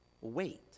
wait